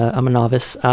i'm a novice.